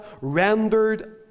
rendered